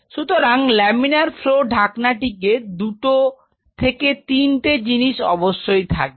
সুতরাং laminar flow ঢাকনাটি দুটো থেকে তিনটে জিনিস অবশ্যই থাকবে